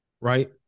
right